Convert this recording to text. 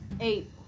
eight